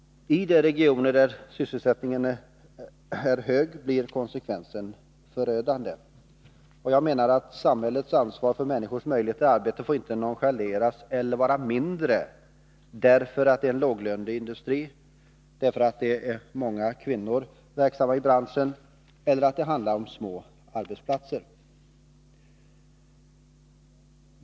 I de regioner där tekosysselsättningen är hög blir konsekvensen förödande. Samhällets ansvar för människors möjligheter att få arbete får enligt min mening inte nonchaleras eller vara mindre därför att det handlar om en låglöneindustri, därför att många kvinnor är verksamma i branschen eller därför att det är fråga om små arbetsplatser.